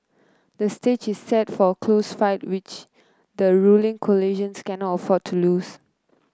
the stage is set for a close fight which the ruling coalition cannot afford to lose